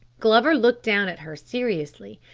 glover looked down at her seriously,